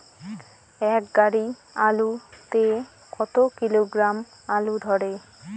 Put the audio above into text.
এক গাড়ি আলু তে কত কিলোগ্রাম আলু ধরে?